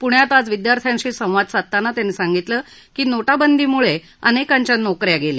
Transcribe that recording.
पुण्यात आज विद्यार्थ्यांशी संवाद साधताना त्यांनी सांगितलं की नोटबंदीमुळे अनेकांच्या नोक या गेल्या